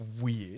weird